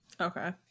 Okay